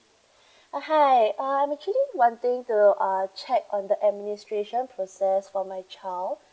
uh hi uh I'm actually wanting to uh check on the administration process for my child